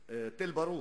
בתל-ברוך.